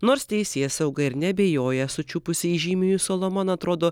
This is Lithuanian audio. nors teisėsauga ir neabejoja sučiupusi įžymiųjų solomon atrodo